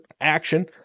action